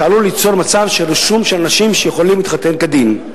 שעלולה ליצור מצב של רישום של אנשים שיכולים להתחתן כדין.